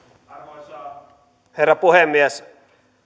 arvoisa herra puhemies